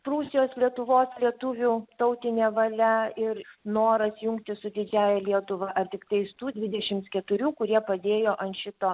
prūsijos lietuvos lietuvių tautinė valia ir noras jungtis su didžiąja lietuva ar tiktais tų dvidešimt keturių kurie padėjo ant šito